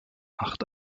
acht